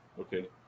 okay